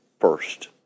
first